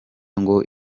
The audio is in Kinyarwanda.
ngo